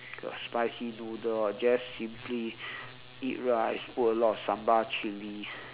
the spicy noodle or just simply eat rice put a lot of sambal chilli